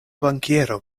bankiero